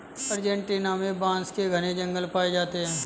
Argentina में बांस के घने जंगल पाए जाते हैं